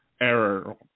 error